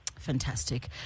Fantastic